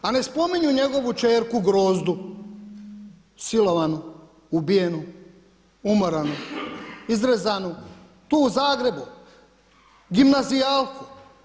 A ne spominju njegovu kćerku Grozdu silovanu, ubijenu, umoranu, izrezanu, tu u Zagrebu, gimnazijalku.